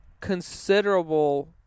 considerable